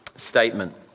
Statement